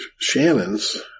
Shannon's